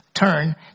Turn